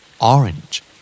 Orange